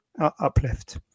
uplift